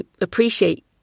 appreciate